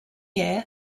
year